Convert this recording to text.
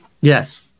Yes